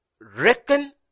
reckon